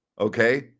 Okay